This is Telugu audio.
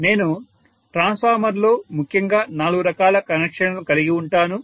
నేను ట్రాన్స్ఫార్మర్ లో ముఖ్యంగా నాలుగు రకాల కనెక్షన్లను కలిగి ఉంటాను